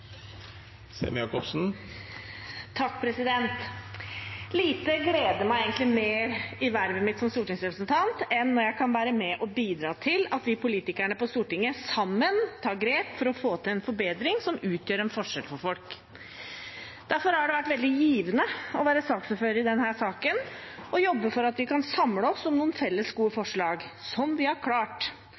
Lite gleder meg egentlig mer i vervet mitt som stortingsrepresentant enn når jeg kan være med og bidra til at vi politikere på Stortinget sammen tar grep for å få til en forbedring som utgjør en forskjell for folk. Derfor har det vært veldig givende å være saksordfører i denne saken, og jobbe for at vi kan samle oss om noen felles gode forslag, som vi har klart,